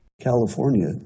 California